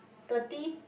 thirty